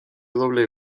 doble